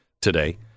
today